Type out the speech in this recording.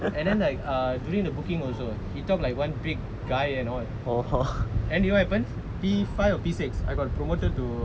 and then like uh during the booking also you talk like one big guy and all and you know what happens P five or P six I got promoted to